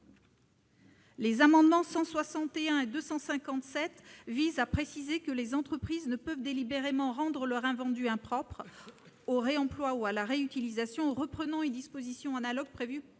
Les amendements n 161 rectifié et 257 rectifié visent à préciser que les entreprises ne peuvent délibérément rendre leurs invendus impropres au réemploi ou à la réutilisation, en reprenant une disposition analogue prévue pour la lutte